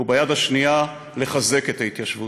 וביד השנייה לחזק את ההתיישבות.